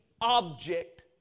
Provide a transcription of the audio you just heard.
object